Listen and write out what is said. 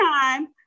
time